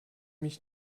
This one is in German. mich